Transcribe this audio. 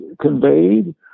conveyed